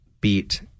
beat